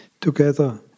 together